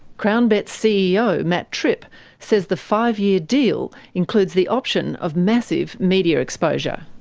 crownbet's ceo matt tripp says the five-year deal includes the option of massive media exposure.